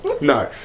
no